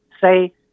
say